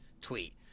tweet